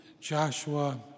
Joshua